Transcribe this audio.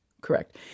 Correct